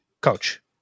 Coach